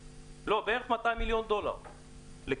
בערך 200 מיליון דולר לק"מ.